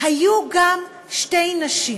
היו גם שתי נשים,